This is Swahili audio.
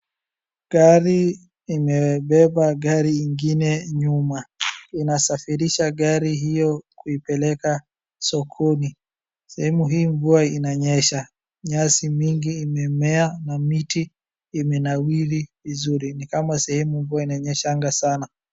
Gari imebeba gari nyingine nyuma. Inasafirisha gari hio kuipeleka sokoni. Sehemu hii mvua inanyesha, nyasi mingi imemea na miti imenawiri vizuri ni kama sehemu mvua inanyeshaga sana.